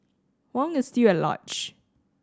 Huang is still at large